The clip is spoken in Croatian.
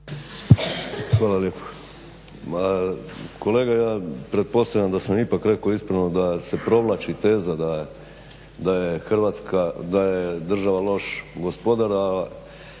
Hvala lijepo. Ma kolega ja pretpostavljam da sam ipak rekao ispravno da se provlači teza da je Hrvatska,